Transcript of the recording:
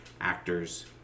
actors